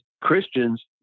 Christians—